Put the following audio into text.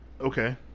Okay